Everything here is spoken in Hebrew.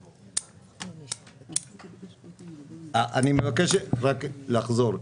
אני מבקש לחזור,